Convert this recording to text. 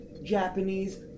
Japanese